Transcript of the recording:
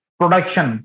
production